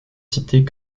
cités